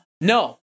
No